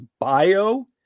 bio